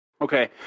Okay